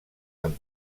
amb